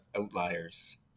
outliers